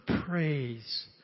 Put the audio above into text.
praise